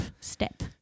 Step